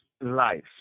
life